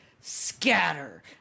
scatter